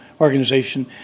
organization